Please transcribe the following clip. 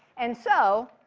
and so,